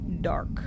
dark